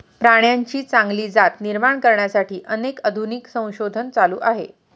प्राण्यांची चांगली जात निर्माण करण्यासाठी अनेक आधुनिक संशोधन चालू आहे